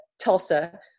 Tulsa